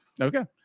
okay